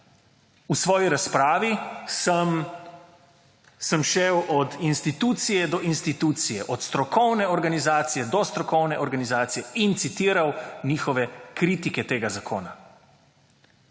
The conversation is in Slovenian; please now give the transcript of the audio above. V svoji razpravi sem šel od institucije do institucije, od strokovne organizacije do strokovne organizacije in citiral njihove kritike tega zakona.